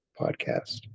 podcast